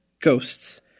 Ghosts